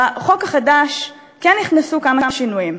בחוק החדש כן נכנסו כמה שינויים,